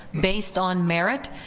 based on merit,